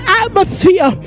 atmosphere